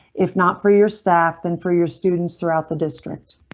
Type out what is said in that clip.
if not for your staff, then for your students throughout the district.